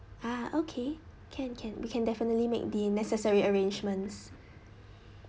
ah okay can can we can definitely make the necessary arrangements